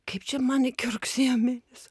kaip čia man iki rugsėjo mėnesio